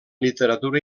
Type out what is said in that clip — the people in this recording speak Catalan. literatura